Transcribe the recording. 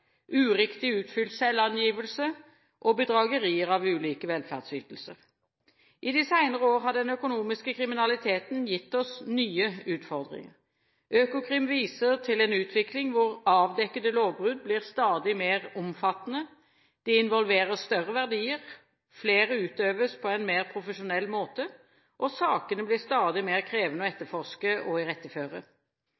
uriktig utfylt selvangivelse og bedragerier når det gjelder ulike velferdsytelser. I de senere år har den økonomiske kriminaliteten gitt oss nye utfordringer. Økokrim viser til en utvikling hvor avdekkede lovbrudd blir stadig mer omfattende og involverer større verdier, hvor flere utøves på en mer profesjonell måte, og sakene blir stadig mer krevende å